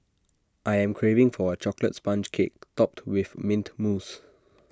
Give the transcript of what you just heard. I am craving for A Chocolate Sponge Cake Topped with Mint Mousse